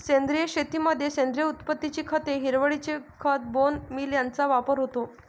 सेंद्रिय शेतीमध्ये सेंद्रिय उत्पत्तीची खते, हिरवळीचे खत, बोन मील यांचा वापर होतो